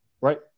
right